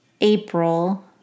April